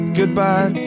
Goodbye